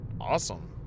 awesome